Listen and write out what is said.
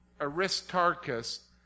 Aristarchus